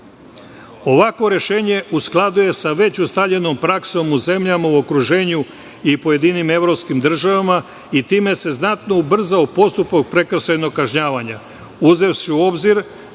rešenje u skladu je sa već ustaljenom praksom u zemljama u okruženju i pojedinim evropskim državama i time se znatno ubrzao postupak prekršajnog kažnjavanja, uzevši u obzir